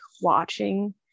watching